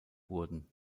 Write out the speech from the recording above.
wurden